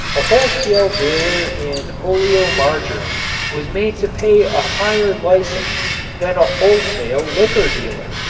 a wholesale dealer in oleomargarin was made to pay a higher license than a wholesale liquor dealer.